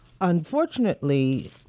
unfortunately